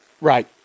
right